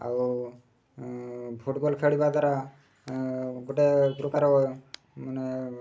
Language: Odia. ଆଉ ଫୁଟବଲ୍ ଖେଳିବା ଦ୍ୱାରା ଗୋଟିଏ ପ୍ରକାର ମାନେ